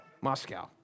Moscow